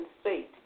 state